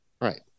right